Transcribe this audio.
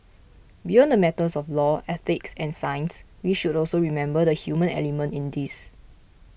beyond the matters of law ethics and science we should also remember the human element in this